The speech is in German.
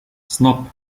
snob